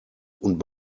und